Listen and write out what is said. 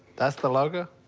that's the logo?